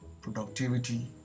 productivity